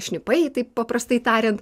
šnipai taip paprastai tariant